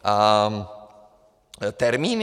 A termíny?